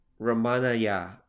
ramanaya